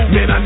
Man